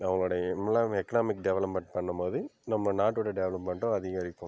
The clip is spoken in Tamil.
அவங்களோட எம்ப்லாமிக் எக்னாமிக் டெவலப்மென்ட் பண்ணும் போது நம்ம நாட்டோடய டெவலப்மென்ட்டும் அதிகரிக்கும்